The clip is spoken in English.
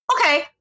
Okay